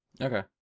Okay